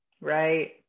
Right